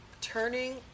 Turning